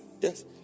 yes